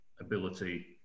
ability